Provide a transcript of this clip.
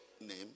name